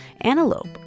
Antelope